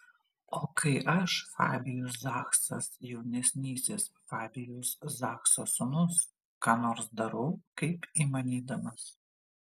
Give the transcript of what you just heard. o kai aš fabijus zachsas jaunesnysis fabijaus zachso sūnus ką nors darau kaip įmanydamas